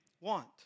want